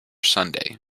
sunday